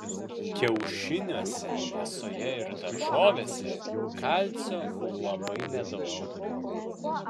kiaušiniuose mėsoje ir daržovėse kalcio labai nedaug